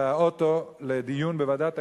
באוטו לדיון בוועדת הכספים,